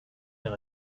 mehr